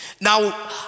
Now